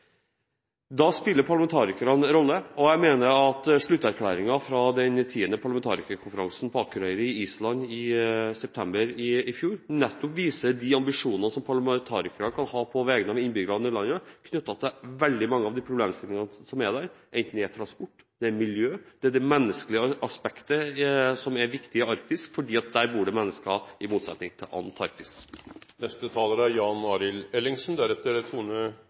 fra den 10. parlamentarikerkonferansen i Akureyri på Island i september i fjor nettopp viser de ambisjonene parlamentarikere kan ha på vegne av innbyggerne i landet knyttet til veldig mange av de problemstillingene som er der, enten det er transport, miljø eller det menneskelige aspektet som er viktig i Arktis – for der bor det mennesker, i motsetning til i Antarktis.